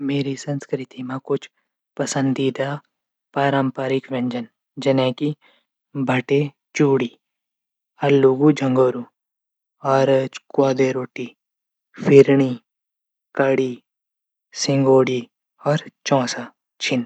मेरी संस्कृति मा कुछ पंसदीदा पारम्परिक व्यजन भटटी चूडी अलू झगुरू, कोदा रूटी, फिरणी, कडी, सिंगोडी और चौंसा छिन।